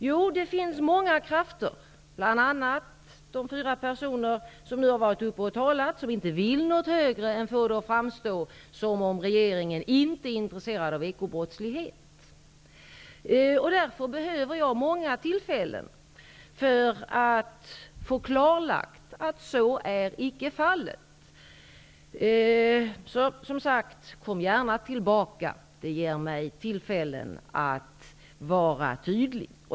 Jo, det finns många krafter, bl.a. de fyra personer som har varit uppe och talat, som inte vill något hellre än att få det att framstå som om regeringen inte är intresserad av att bekämpa ekobrottslighet. Jag behöver därför många tillfällen att klarlägga att så icke är fallet. Kom gärna tillbaka med denna fråga, det ger mig tillfällen att vara tydlig.